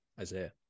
Isaiah